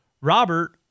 Robert